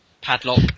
Padlock